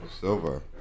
silver